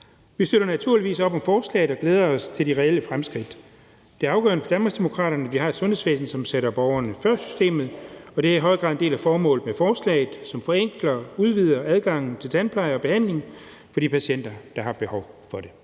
Vi støtter naturligvis op om forslaget og glæder os til de reelle fremskridt. Det er afgørende for Danmarksdemokraterne, at vi har et sundhedsvæsen, som sætter borgerne før systemet, og det er i høj grad en del af formålet med forslaget, som forenkler og udvider adgangen til tandpleje og behandling for de patienter, der har behov for det.